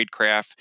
tradecraft